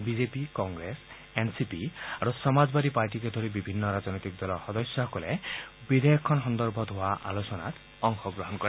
BJP Congress N C P আৰু সমাজবাদী পাৰ্টিকে ধৰি বিভিন্ন ৰাজনৈতিক দলৰ সদস্যসকলে বিধেয়কখন সম্পৰ্কত হোৱা আলোচনাত অংশ গ্ৰহণ কৰে